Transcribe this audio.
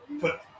put